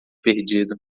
perdido